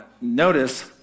Notice